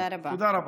תודה רבה.